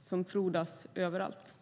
som frodas överallt.